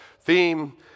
theme